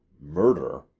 murder